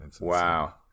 Wow